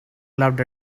loved